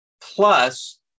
Plus